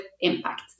impact